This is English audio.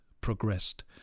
progressed